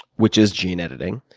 which is gene editing,